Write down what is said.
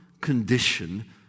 condition